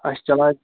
اَسہِ چھِ چَلان